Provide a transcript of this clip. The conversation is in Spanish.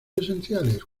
esenciales